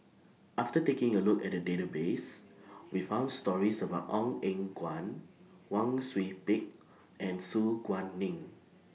after taking A Look At The Database We found stories about Ong Eng Guan Wang Sui Pick and Su Guaning